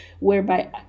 whereby